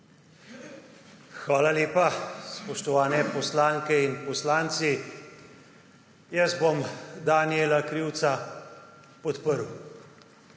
Hvala lepa. Spoštovani poslanke in poslanci! Jaz bom Danijela Krivca podprl,